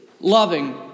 loving